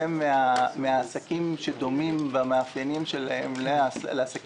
מן העסקים שדומים במאפיינים שלהם לעסקי